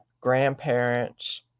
grandparents